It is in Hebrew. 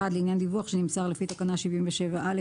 לעניין דיווח שנמסר לפי תקנה 77(א)